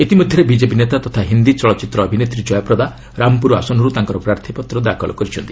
ଇତିମଧ୍ୟରେ ବିଜେପି ନେତା ତଥା ହିନ୍ଦୀ ଚଳଚ୍ଚିତ୍ର ଅଭିନେତ୍ରୀ କ୍ୟାପ୍ରଦା ରାମପୁର ଆସନରୁ ତାଙ୍କର ପ୍ରାର୍ଥୀପତ୍ର ଦାଖଲ କରିଛନ୍ତି